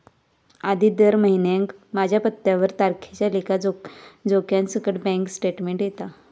आधी दर महिन्याक माझ्या पत्त्यावर तारखेच्या लेखा जोख्यासकट बॅन्क स्टेटमेंट येता